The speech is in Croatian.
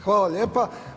Hvala lijepo.